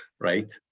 right